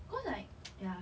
because like ya